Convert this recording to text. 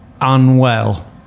unwell